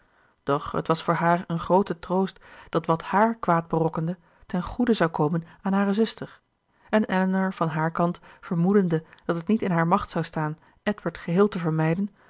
doch het was voor haar een groote troost dat wat hààr kwaad berokkende tengoede zou komen aan hare zuster en elinor van haar kant vermoedende dat het niet in haar macht zou staan edward geheel te vermijden